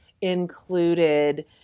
included